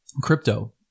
crypto